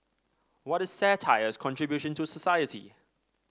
what is satire's contribution to society